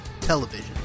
television